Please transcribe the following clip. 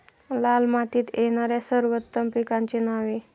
लाल मातीत येणाऱ्या सर्वोत्तम पिकांची नावे?